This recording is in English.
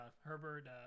Herbert